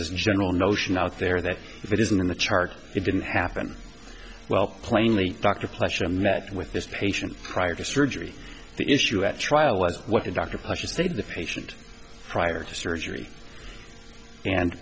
this general notion out there that if it isn't in the chart it didn't happen well plainly dr pleasure met with this patient prior to surgery the issue at trial was what the doctor pushes they did the patient prior to surgery and